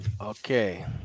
okay